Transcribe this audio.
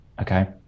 okay